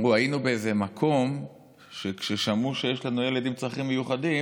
היינו באיזה מקום שכששמעו שיש לנו ילד עם צרכים מיוחדים